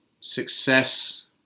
success